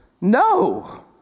No